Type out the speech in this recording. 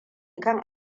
kan